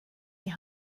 die